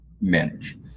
manage